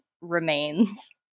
remains